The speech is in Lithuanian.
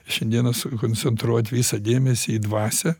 šiandiena sukoncentruot visą dėmesį į dvasią